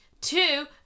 two